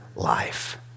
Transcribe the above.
life